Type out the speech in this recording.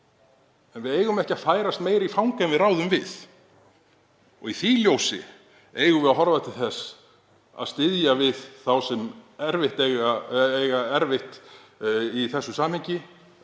En við eigum ekki að færast meira í fang en við ráðum við. Í því ljósi eigum við að horfa til þess að styðja við þá sem eiga erfitt í þessu samhengi